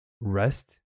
rest